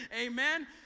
Amen